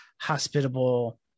hospitable